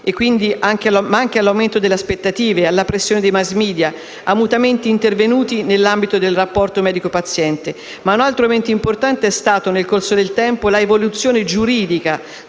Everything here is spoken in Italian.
sia dall'aumento delle aspettative, dalla pressione dei *mass media*, da mutamenti intervenuti nell'ambito del rapporto medico-paziente. Ma un altro elemento importante è stato, nel corso del tempo, l'evoluzione giuridica